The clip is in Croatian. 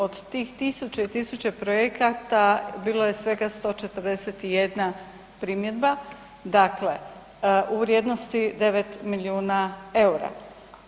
Od tih tisuće i tisuće projekata bilo je svega 141 primjedba u vrijednosti 9 milijuna EUR-a.